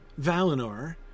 Valinor